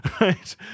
right